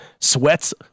sweats